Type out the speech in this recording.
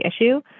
issue